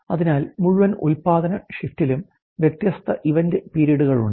അതിനാൽ മുഴുവൻ ഉൽപാദന ഷിഫ്റ്റിലും വ്യത്യസ്ത ഇവന്റ് പിരീഡുകളുണ്ട്